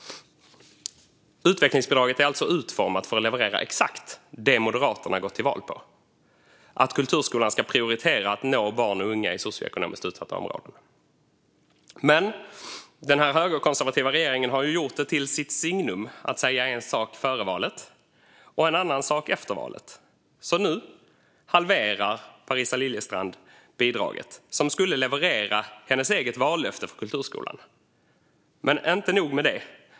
Utvecklingsbidraget är alltså utformat för att leverera exakt det som Moderaterna har gått till val på, att kulturskolan ska prioritera att nå barn och unga i socioekonomiskt utsatta områden. Den högerkonservativa regeringen har dock gjort det till sitt signum att säga en sak före valet och en annan sak efter valet. Nu halverar Parisa Liljestrand bidraget som skulle leverera hennes eget vallöfte när det gäller kulturskolan. Men det är inte nog med det.